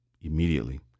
immediately